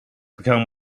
become